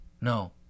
No